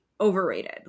overrated